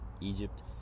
Egypt